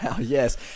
Yes